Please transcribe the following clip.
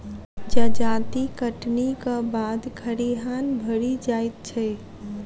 जजाति कटनीक बाद खरिहान भरि जाइत छै